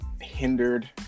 hindered